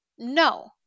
no